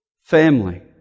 family